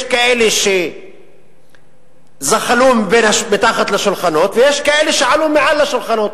יש כאלה שזחלו מתחת לשולחנות ויש כאלה שעלו מעל לשולחנות.